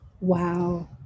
Wow